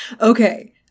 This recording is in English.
Okay